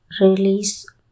release